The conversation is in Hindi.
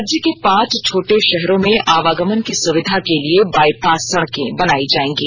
राज्य के पांच छोटे भाहरों में अवागमन की सुविधा के लिए बाईपास सड़कें बनायी जाएंगी